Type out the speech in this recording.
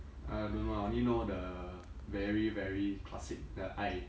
I don't know ah I only know the very very classic the 爱